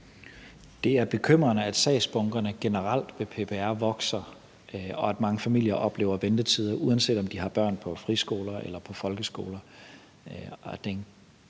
Det er bekymrende, at sagsbunkerne vedrørende PPR generelt vokser, og at mange forældre oplever ventetider, uanset om de har børn på friskoler eller i folkeskolen.